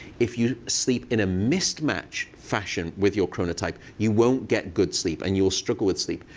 if you sleep in a mismatched fashion with your chronotype, you won't get good sleep, and you will struggle with sleep.